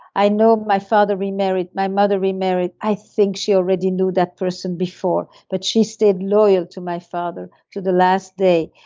i know my father remarried, my mother remarried, i think she already knew that person before but she stayed loyal to my father to the last day.